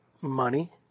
money